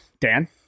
dan